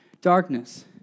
darkness